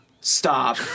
Stop